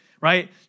Right